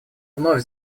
вновь